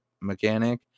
mechanic